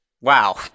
wow